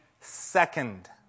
second